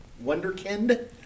Wonderkind